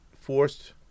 forced